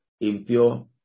impure